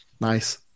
Nice